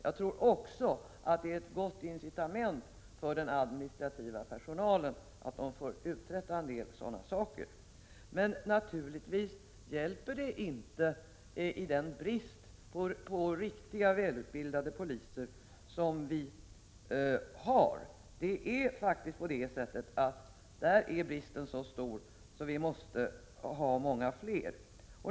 Jag tror också att det är ett gott incitament för den administrativa personalen att få uträtta en del sådana här saker. Men naturligtvis avhjälper det inte den brist på riktiga, välutbildade poliser som vi har. Det är faktiskt på det sättet att den bristen är så stor att vi måste ha många fler.